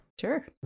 Sure